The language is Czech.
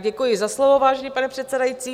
Děkuji za slovo, vážený pane předsedající.